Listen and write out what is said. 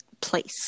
place